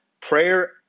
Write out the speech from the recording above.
Prayer